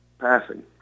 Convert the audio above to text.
passing